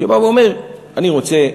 שבא ואומר: אני רוצה,